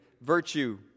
virtue